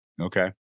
Okay